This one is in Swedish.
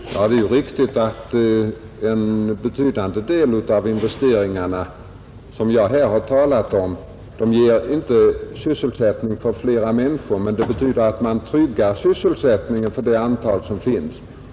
Herr talman! Det är riktigt att en betydande del av de investeringar som jag här har talat om inte ger sysselsättning för flera människor, men de betyder att man tryggar sysselsättningen för det antal som finns.